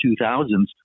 2000s